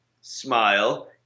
Smile